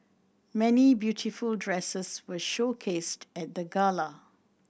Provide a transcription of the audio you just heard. many beautiful dresses were showcased at the gala